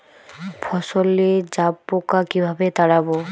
ফসলে জাবপোকা কিভাবে তাড়াব?